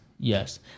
Yes